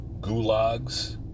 gulags